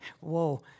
whoa